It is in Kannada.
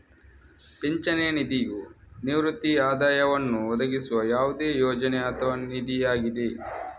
ಪಿಂಚಣಿ ನಿಧಿಯು ನಿವೃತ್ತಿ ಆದಾಯವನ್ನು ಒದಗಿಸುವ ಯಾವುದೇ ಯೋಜನೆ ಅಥವಾ ನಿಧಿಯಾಗಿದೆ